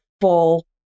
full